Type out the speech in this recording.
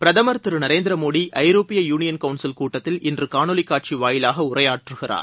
பிரதமர் திரு நரேந்திர மோடி ஐரோப்பிய union council கூட்டத்தில் இன்று காணொலி காட்சி வாயிலாக உரையாற்றுகிறார்